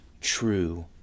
true